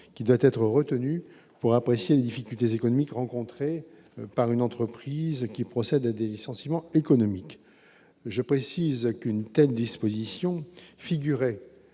qui doit être retenu pour apprécier les difficultés économiques rencontrées par une entreprise qui procèdent à des licenciements économiques, je précise qu'une telle disposition figurait